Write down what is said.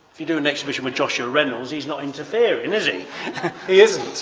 if you do an exhibition with joshua reynolds he's not into theory, and is he? he isn't,